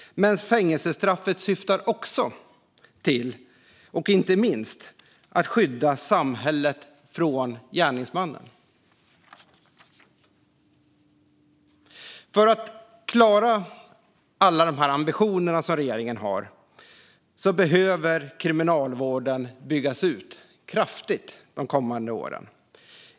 Men fängelsestraffet syftar också, och inte minst, till att skydda samhället från gärningsmannen. För att klara alla dessa ambitioner som regeringen har behöver kriminalvården byggas ut kraftigt de kommande åren.